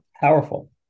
powerful